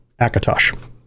akatosh